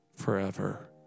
forever